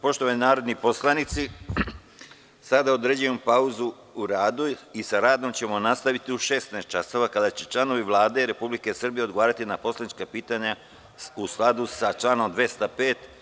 Poštovani narodni poslanici, sada određujem pauzu u radu i sa radom ćemo nastaviti u 16 časova kada će članovi Vlade RS odgovarati na poslanička pitanja u skladu sa članom 205.